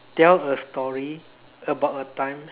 tell a story about a time